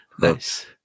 Nice